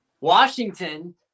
Washington